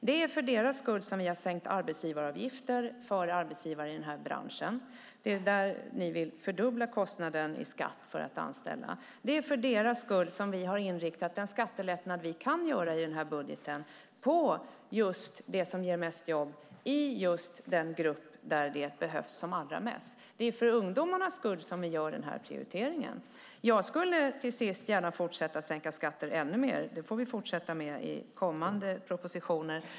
Det är för deras skull vi har sänkt arbetsgivaravgifter för arbetsgivare i den här branschen. Ni vill fördubbla kostnaden i skatt för att anställa. Det är för deras skull som vi har inriktat den skattelättnad vi kan göra i den här budgeten på det som ger mest jobb i den grupp där det behövs allra mest. Det är för ungdomarnas skull som vi gör den här prioriteringen. Jag skulle gärna fortsätta att sänka skatter ännu mer; det får vi göra i kommande propositioner.